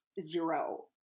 zero